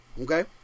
Okay